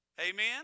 amen